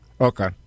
Okay